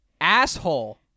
asshole